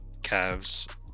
Cavs